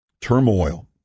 turmoil